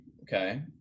Okay